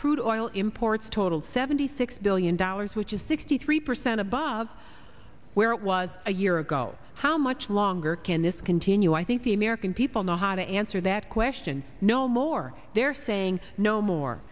crude oil imports totaled seventy six billion dollars which is sixty three percent above where it was a year ago how much longer can this continue i think the american people know how to answer that question no more they're saying no more